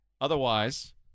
Otherwise